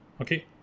Okay